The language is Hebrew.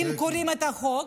אם קוראים את החוק,